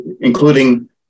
including